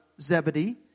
Zebedee